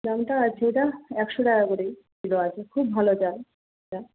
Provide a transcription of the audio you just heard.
দামটা আছে এটা একশো টাকা করেই যেটা আছে খুব ভালো চাল এটা